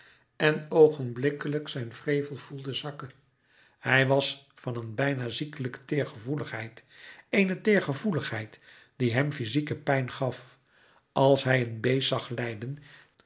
en oogenblikkelijk zijn wrevel voelde zakken hij was van een bijna ziekelijke teêrgevoeligheid eene teergevoeligheid die hem fyzieke pijn gaf als hij een beest zag lijden